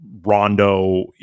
Rondo